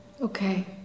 Okay